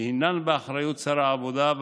שהינן באחריות שר העבודה,